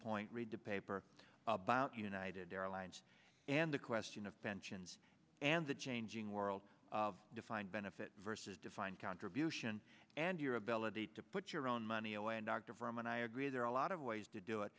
point read the paper about united airlines and the question of pensions and the changing world of defined benefit versus defined contribution and your ability to put your own money away inductive room and i agree there are a lot of ways to do it